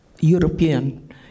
European